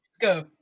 go